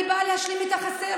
אני באה להשלים את החסר.